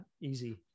easy